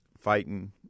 fighting